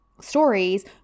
stories